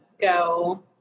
go